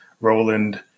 Roland